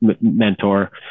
mentor